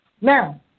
Now